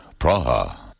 Praha